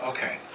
Okay